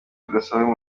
budasanzwe